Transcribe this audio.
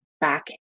back